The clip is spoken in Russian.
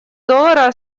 доллара